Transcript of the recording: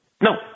No